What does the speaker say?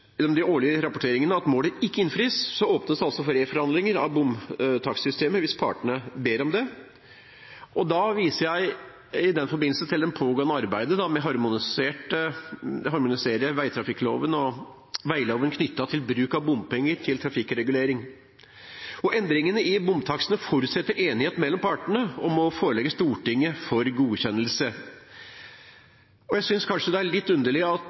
gjennom de årlige rapporteringene at målet ikke innfris, åpnes det for reforhandlinger av bomtakstsystemet hvis partene ber om det. Jeg viser i den forbindelse til det pågående arbeidet med å harmonisere veitrafikkloven og veiloven knyttet til bruk av bompenger til trafikkregulering. Endringer i bomtakstene forutsetter enighet mellom partene og må forelegges Stortinget for godkjennelse. Jeg synes kanskje det er litt underlig at